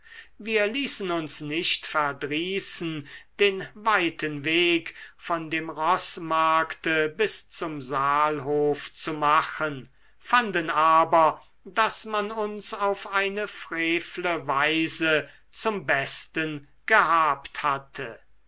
wir ließen uns nicht verdrießen den weiten weg von dem roßmarkte bis zum saalhof zu machen fanden aber daß man uns auf eine frevle weise zum besten gehabt hatte